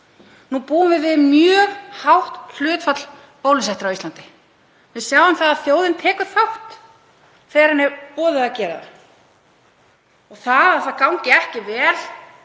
Nú búum við við mjög hátt hlutfall bólusettra á Íslandi. Við sjáum það að þjóðin tekur þátt þegar henni er boðið að gera það. Það að ekki gangi vel